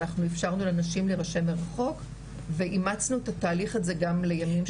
אנחנו אפשרנו לנשים להירשם מרחוק ואימצנו את התהליך הזה גם לימים אחרים.